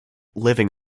living